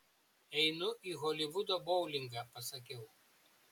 einu į holivudo boulingą pasakiau